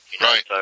Right